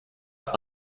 are